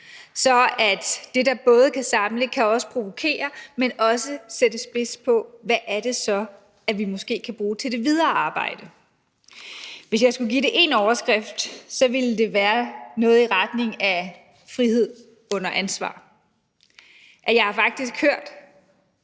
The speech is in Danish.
er, at det, der kan samle, også kan både provokere, men også sætte spids på, hvad det så er, vi måske kan bruge til det videre arbejde. Hvis jeg skulle give det én overskrift, ville det være noget i retning af frihed under ansvar. Jeg har faktisk hørt